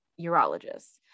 urologist